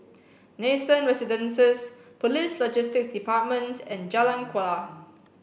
Nathan Residences Police Logistics Department and Jalan Kuala